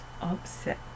upset